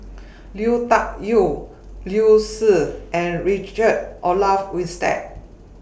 Lui Tuck Yew Liu Si and Richard Olaf Winstedt